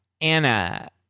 Anna